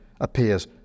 appears